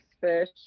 fish